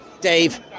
Dave